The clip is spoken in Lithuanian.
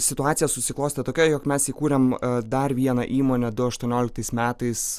situacija susiklostė tokia jog mes įkūrėm dar vieną įmonę du aštuonioliktais metais